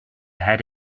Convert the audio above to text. had